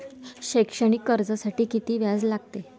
शैक्षणिक कर्जासाठी किती व्याज द्या लागते?